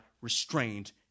restrained